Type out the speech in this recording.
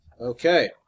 Okay